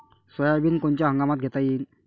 Soybean कोनच्या हंगामात घेता येईन?